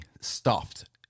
stuffed